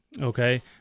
Okay